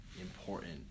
important